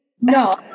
no